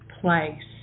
place